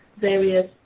various